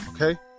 okay